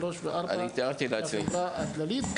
שלושה וארבעה מהחברה הכללית,